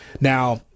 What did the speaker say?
Now